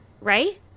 right